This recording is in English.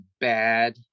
bad